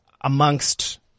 Amongst